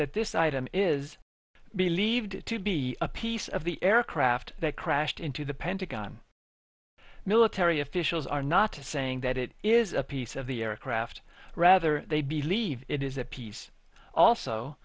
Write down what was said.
that this item is believed to be a piece of the aircraft that crashed into the pentagon military officials are not saying that it is a piece of the aircraft rather they believe it is a piece also